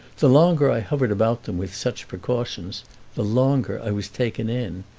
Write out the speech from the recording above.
the longer i hovered about them with such precautions the longer i was taken in,